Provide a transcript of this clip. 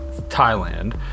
Thailand